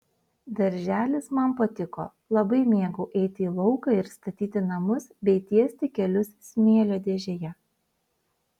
darželis man patiko labai mėgau eiti į lauką ir statyti namus bei tiesti kelius smėlio dėžėje